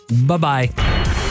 Bye-bye